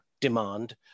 demand